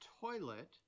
toilet